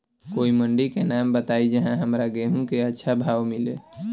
कोई मंडी के नाम बताई जहां हमरा गेहूं के अच्छा भाव मिले?